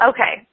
Okay